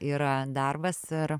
yra darbas ir